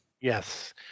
Yes